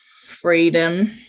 freedom